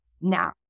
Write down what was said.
now